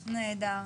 נהדר.